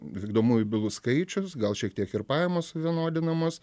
vykdomųjų bylų skaičius gal šiek tiek ir pajamos suvienodinamos